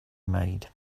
made